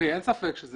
(היו"ר יואב